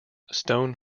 stone